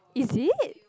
is it